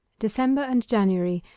december and january,